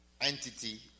entity